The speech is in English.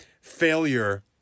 failure